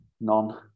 None